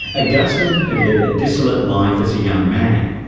augustine had led a dissolute life as young man,